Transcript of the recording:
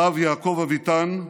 הרב יעקב אביטן,